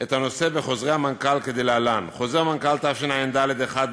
את הנושא בחוזרי המנכ"ל כדלהלן: חוזר מנכ"ל התשע"ד/1(ב),